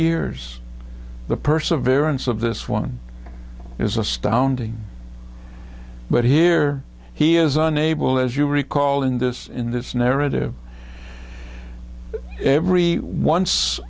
years the perseverance of this one is astounding but here he is unable as you recall in this in this narrative every once